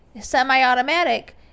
semi-automatic